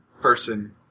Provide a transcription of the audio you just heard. person